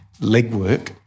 legwork